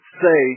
say